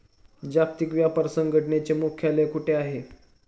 जागतिक व्यापार संघटनेचे मुख्यालय कुठे आहे?